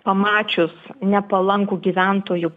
pamačius nepalankų gyventojų